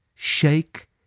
Shake